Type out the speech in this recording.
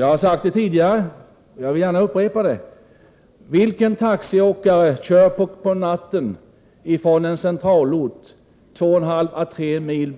Jag har frågat det tidigare, men jag vill gärna upprepa frågan: Vilken taxiförare kör på natten från en centralort 2,5-3 mil